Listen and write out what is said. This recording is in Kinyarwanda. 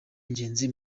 ingenzi